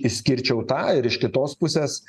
išskirčiau tą ir iš kitos pusės